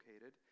located